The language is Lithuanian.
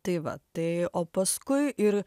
tai va tai o paskui ir